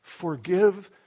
Forgive